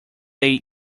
day